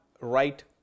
right